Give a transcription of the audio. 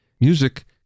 Music